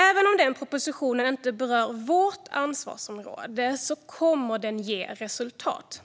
Även om den här propositionen inte berör vårt ansvarsområde kommer den att ge resultat.